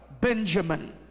Benjamin